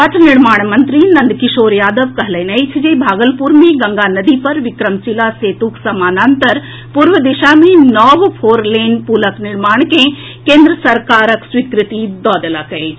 पथ निर्माण मंत्री नंद किशोर यादव कहलनि अछि जे भागलपुर मे गंगा नदी पर बिक्रमशिला सेतुक समानान्तर पूर्व दिशा मे नव फोर लेन पुलक निर्माण के केन्द्र सरकार स्वीकृति दऽ देलक अछि